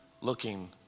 looking